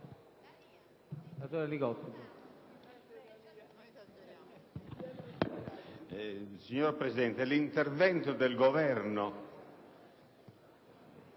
Signor Presidente, l'intervento del Governo